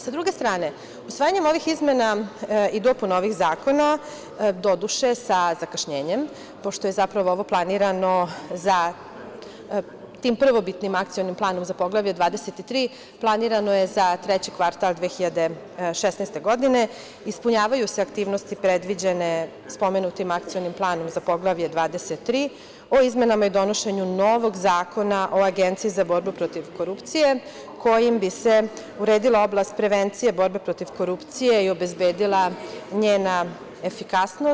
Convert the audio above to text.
Sa druge strane, usvajanjem ovih izmena i dopuna ovih zakona, doduše sa zakašnjenjem, pošto je zapravo ovo planirano za tim prvobitnim akcionim planom za Poglavlje 23. planirano je za treće kvartal 2016. godine, ispunjavaju se aktivnosti predviđene spomenutim akcionim planom za Poglavlje 23. o izmenama i donošenju novog Zakona o Agenciji za borbu protiv korupcije, kojim bi se uredila oblast prevencije borbe protiv korupcije i obezbedila njena efikasnost.